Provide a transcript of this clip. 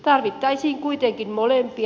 tarvittaisiin kuitenkin molempia